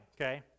okay